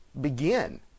begin